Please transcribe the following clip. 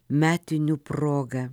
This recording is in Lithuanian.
metinių proga